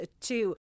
two